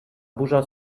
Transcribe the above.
burza